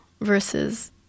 versus